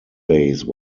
base